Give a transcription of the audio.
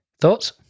Thoughts